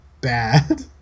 bad